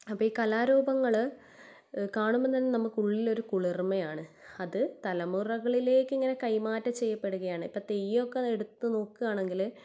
അപ്പോൾ ഈ കലാരൂപങ്ങൾ കാണുമ്പം തന്നെ നമുക്ക് ഉള്ളിലൊരു കുളിർമയാണ് അത് തലമുറകളിലേക്ക് ഇങ്ങനെ കൈമാറ്റം ചെയ്യപ്പെടുകയാണ് ഇപ്പം തെയ്യോക്കെ എടുത്ത് നോക്കുകയാണെങ്കിൽ